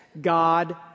God